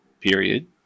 period